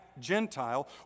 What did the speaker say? Gentile